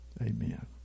Amen